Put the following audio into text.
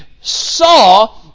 saw